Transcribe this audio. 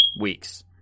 weeks